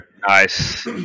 nice